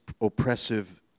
oppressive